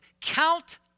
count